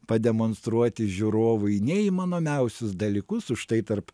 pademonstruoti žiūrovui neįmanomiausius dalykus užtai tarp